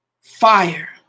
fire